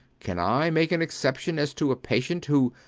can i make an exception as to a patient who,